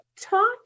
talk